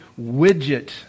Widget